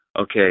okay